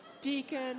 deacon